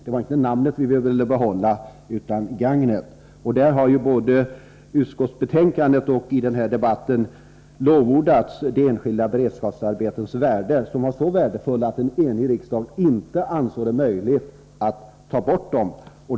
Det var inte namnet vi ville behålla utan gagnet. Både i utskottsbetänkandet och i den här debatten har de enskilda bereskapsarbetenas värde lovordats. De är så värdefulla att en enig riksdag inte ansåg det möjligt att ta bort dem.